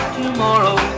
tomorrow